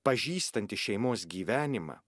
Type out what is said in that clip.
pažįstanti šeimos gyvenimą